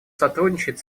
сотрудничает